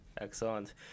Excellent